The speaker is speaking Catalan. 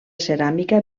ceràmica